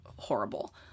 Horrible